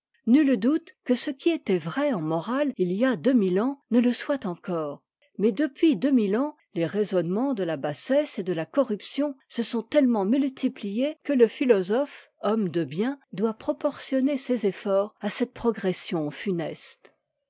nul doute que ce qui était vrai en morale il y a deux mille ans ne le soit encore mais depuis deux mille ans les raisonnements de la bassesse et de la corruption se sont tellement muttiptiés que le phitosophe homme de bien doit proportionner ses efforts à cette progression funeste